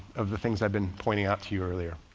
of the things i've been pointing out to you earlier.